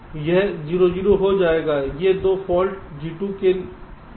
तो यह 0 0 हो जाएगा ये 2 फाल्ट G2 के हैं